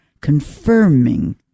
confirming